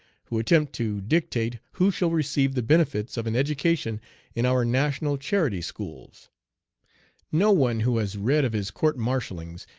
who attempt to dictate who shall receive the benefits of an education in our national charity schools no one who has read of his court-martialings,